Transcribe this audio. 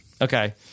Okay